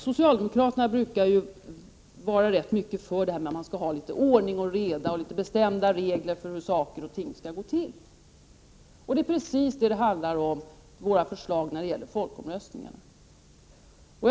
Socialdemokraterna brukar vara mycket för att man skall ha ordning och reda och bestämda regler för hur saker och ting skall gå till. Det är precis vad våra förslag när det gäller folkomröstning handlar om.